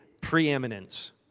preeminence